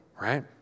Right